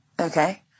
Okay